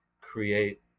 create